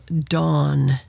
Dawn